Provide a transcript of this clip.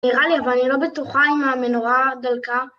נראה לי, אבל אני לא בטוחה עם המנורה דלקה.